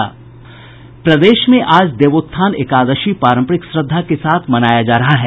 प्रदेश में आज देवोत्थान एकादशी पारम्परिक श्रद्धा के साथ मनाया जा रहा है